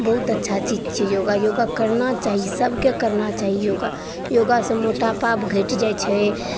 बहुत अच्छा चीज छिए योगा योगा करना चाही सभकेँ करना चाही योगा योगासे मोटापा घटि जाए छै